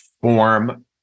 form